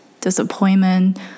disappointment